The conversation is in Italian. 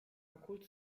alcun